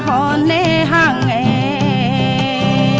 um ah and a a a